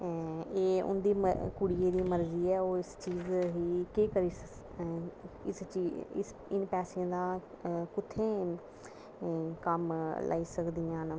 एह् उंदी मर्ज़ी ऐ कुड़ियै दी मर्ज़ी ऐ इस पैसे दा कुत्थें कम्म लाई सकदियां न